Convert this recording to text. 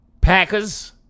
Packers